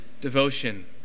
devotion